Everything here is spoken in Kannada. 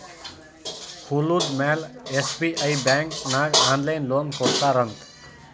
ಹೊಲುದ ಮ್ಯಾಲ ಎಸ್.ಬಿ.ಐ ಬ್ಯಾಂಕ್ ನಾಗ್ ಆನ್ಲೈನ್ ಲೋನ್ ಕೊಡ್ತಾರ್ ಅಂತ್